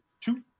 two